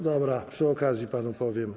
Dobra, przy okazji panu powiem.